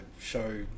show